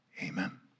Amen